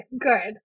good